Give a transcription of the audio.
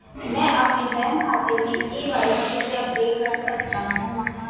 मैं अपने बैंक खाते में के.वाई.सी कैसे अपडेट कर सकता हूँ?